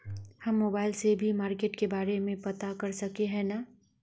हम मोबाईल से भी मार्केट के बारे में पता कर सके है नय?